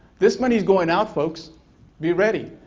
this money is going out folks be ready